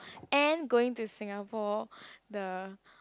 and going to Singapore the